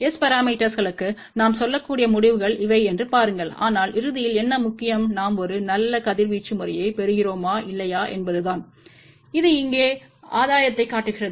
S பரமீட்டர்ஸ்க்களுக்கு நாம் சொல்லக்கூடிய முடிவுகள் இவை என்று பாருங்கள் ஆனால் இறுதியில் என்ன முக்கியம் நாம் ஒரு நல்ல கதிர்வீச்சு முறையைப் பெறுகிறோமா இல்லையா என்பதுதான் இது இங்கே ஆதாயத்தைக் காட்டுகிறது